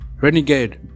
renegade